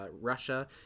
Russia